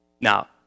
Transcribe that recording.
Now